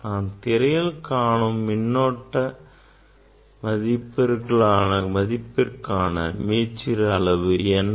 நாம் திரையில் காணும் மின்னோட்ட மதிப்பிற்கான மீச்சிறு அளவு என்ன